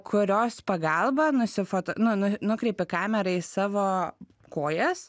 kurios pagalba nusifot nu nukreipi kamerą į savo kojas